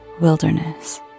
Wilderness